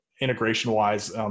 integration-wise